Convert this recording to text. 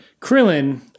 Krillin